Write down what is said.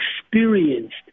experienced